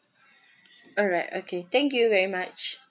alright okay thank you very much